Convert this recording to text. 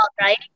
right